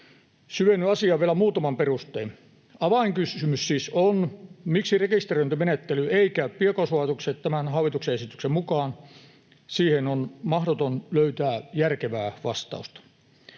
Syvennyn asiaan vielä muutamin perustein. Avainkysymys siis on, miksi rekisteröintimenettely ei käy biokaasulaitoksille tämän hallituksen esityksen mukaan. Siihen on mahdoton löytää järkevää vastausta.